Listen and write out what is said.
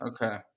Okay